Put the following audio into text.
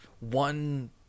one